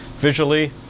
Visually